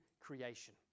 creation